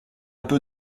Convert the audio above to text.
peu